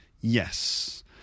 Yes